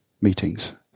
meetings